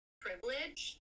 privilege